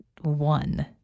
one